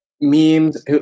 memes